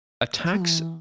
Attacks